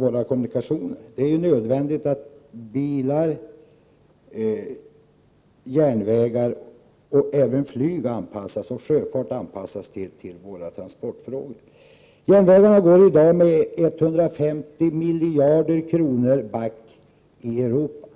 våra kommunikationer. Det är nödvändigt att bilar och järnvägar men även flyg och sjöfart anpassas till våra transportbehov. Järnvägarna går i dag 150 miljarder kronor back i Europa.